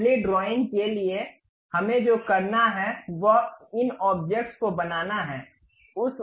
assembly drawing के लिए हमें जो करना है वह इन ऑब्जेक्ट्स को बनाना है